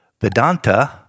Vedanta